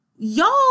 Y'all